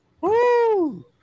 Woo